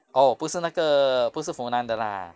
oh 不是那个不是 funan 的 lah